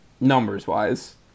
numbers-wise